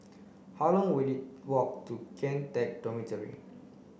how long will it walk to Kian Teck Dormitory